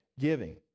giving